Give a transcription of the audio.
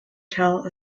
tell